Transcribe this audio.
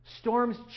Storms